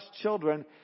children